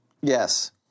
Yes